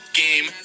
game